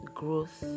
growth